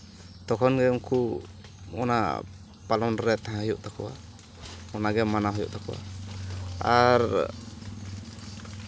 ᱛᱚᱠᱷᱚᱱ ᱜᱮ ᱩᱱᱠᱩ ᱚᱱᱟ ᱯᱟᱞᱚᱱ ᱨᱮ ᱛᱟᱦᱮᱸ ᱦᱩᱭᱩᱜ ᱛᱟᱠᱚᱣᱟ ᱚᱱᱟ ᱜᱮ ᱢᱟᱱᱟᱣ ᱦᱩᱭᱩᱜ ᱛᱟᱠᱚᱣᱟ ᱟᱨ